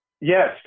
Yes